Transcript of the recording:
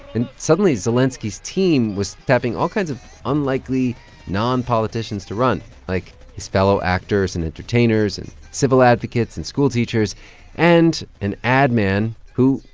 and suddenly, zelenskiy's team was tapping all kinds of unlikely non-politicians to run, like his fellow actors and entertainers and civil advocates and schoolteachers and an ad man who,